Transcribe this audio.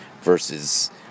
versus